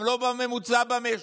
גם לא בממוצע במשק,